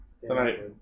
Tonight